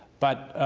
but,